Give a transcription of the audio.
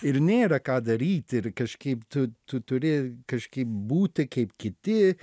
ir nėra ką daryt ir kažkaip tu tu turi kažkaip būti kaip kiti